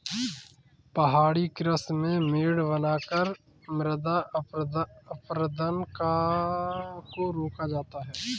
पहाड़ी कृषि में मेड़ बनाकर मृदा अपरदन को रोका जाता है